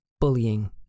bullying